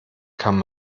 kann